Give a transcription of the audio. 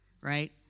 right